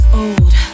old